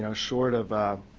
um short of a